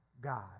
God